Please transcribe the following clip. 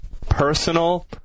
personal